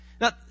Now